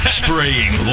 spraying